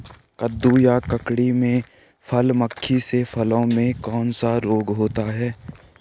कद्दू या ककड़ी में फल मक्खी से फलों में कौन सा रोग होता है?